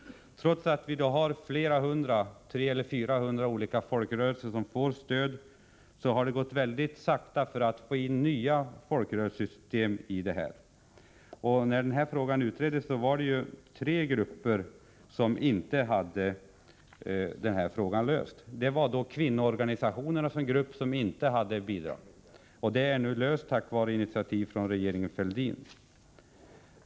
Trots att 300-400 folkrörelser får stöd har det tagit mycket lång tid att få in nya folkrörelser i detta system. När denna fråga utreddes hade tre grupper inte löst denna fråga. T. ex. hade kvinnoorganisationerna inte som grupp fått några bidrag. Denna fråga löstes dock tack vare initiativ från regeringen Fälldin.